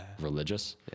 religious